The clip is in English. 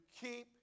keep